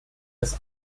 des